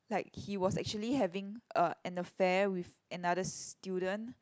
like he was actually having a an affair with another student